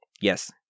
Yes